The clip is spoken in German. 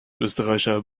österreicher